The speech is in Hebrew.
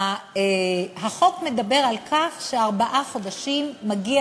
החוק מדבר על כך שארבעה חודשים מגיע